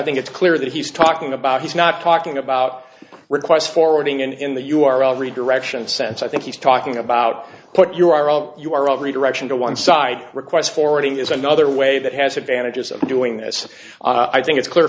think it's clear that he's talking about he's not talking about requests forwarding and in the u r l every direction sense i think he's talking about what you are all you are of redirection to one side requests forwarding is another way that has advantages of doing this i think it's clear